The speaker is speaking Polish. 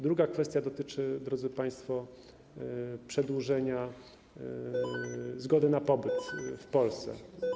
Druga kwestia dotyczy, drodzy państwo, przedłużenia zgody na pobyt w Polsce.